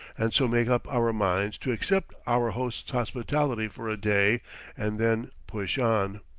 and so make up our minds to accept our host's hospitality for a day and then push on.